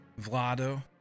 Vlado